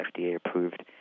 FDA-approved